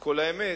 כל האמת.